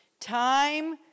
Time